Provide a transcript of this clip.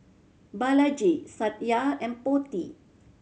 Balaji Satya and Potti